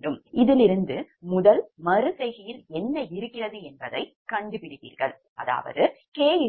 எனவே இதிலிருந்து முதல் மறு செய்கையில் என்ன இருக்கிறது என்பதைக் கண்டுபிடிப்பீர்கள் அதாவது K1